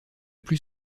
plus